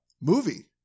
Movie